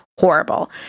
horrible